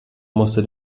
musste